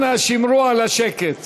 אנא שמרו על השקט.